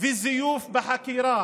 וזיוף בחקירה.